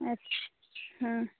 अच हँ